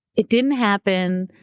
it didn't happen,